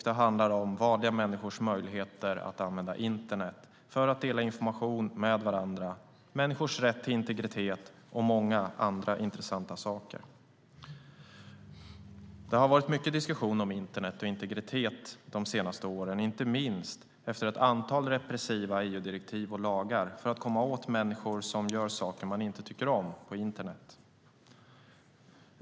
Det handlar om vanliga människors möjligheter att använda internet för att dela information med varandra, människors rätt till integritet och många andra intressanta saker. Det har varit mycket diskussion om internet och integritet de senaste åren, inte minst efter ett antal repressiva EU-direktiv och lagar för att komma åt människor som gör saker man inte tycker om på internet.